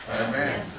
Amen